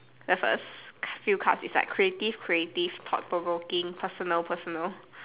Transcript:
just us few cards is like creative creative thought provoking personal personal